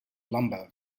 lumber